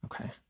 Okay